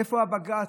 איפה הבג"ץ?